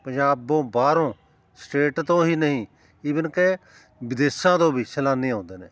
ਪੰਜਾਬੋਂ ਬਾਹਰੋਂ ਸਟੇਟ ਤੋਂ ਹੀ ਨਹੀਂ ਈਵਨ ਕਿ ਵਿਦੇਸ਼ਾਂ ਤੋਂ ਵੀ ਸੈਲਾਨੀ ਆਉਂਦੇ ਨੇ